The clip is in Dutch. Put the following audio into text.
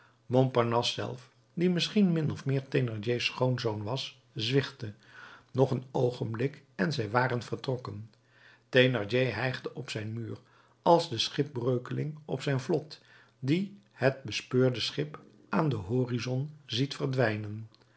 montparnasse zelf die misschien min of meer thénardiers schoonzoon was zwichtte nog een oogenblik en zij waren vertrokken thénardier hijgde op zijn muur als de schipbreukeling op zijn vlot die het bespeurde schip aan den horizon ziet verdwijnen